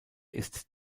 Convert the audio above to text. ist